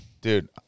Dude